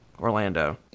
orlando